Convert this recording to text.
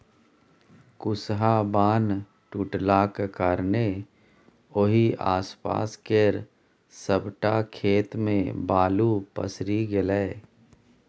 कुसहा बान्ह टुटलाक कारणेँ ओहि आसपास केर सबटा खेत मे बालु पसरि गेलै